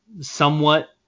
somewhat